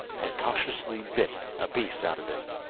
and cautiously bit a piece out of it.